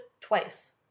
twice